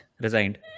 resigned